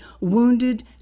Wounded